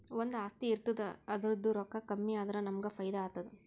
ಒಂದು ಆಸ್ತಿ ಇರ್ತುದ್ ಅದುರ್ದೂ ರೊಕ್ಕಾ ಕಮ್ಮಿ ಆದುರ ನಮ್ಮೂಗ್ ಫೈದಾ ಆತ್ತುದ